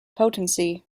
potency